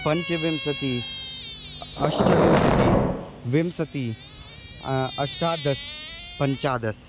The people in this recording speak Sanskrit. पञ्चविंशतिः अष्टविंशतिः विंशतिः अष्टादश पञ्चदश